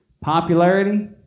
popularity